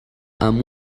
amb